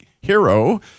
hero